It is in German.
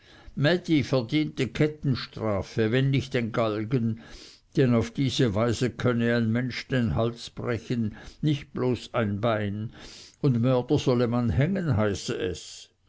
mädi verdiente kettenstrafe wenn nicht den galgen denn auf diese weise könne ein mensch den hals brechen nicht bloß ein bein und mörder solle man hängen heiße es